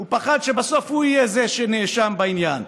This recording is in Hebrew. הוא פחד שבסוף הוא יהיה זה שנאשם בעניין.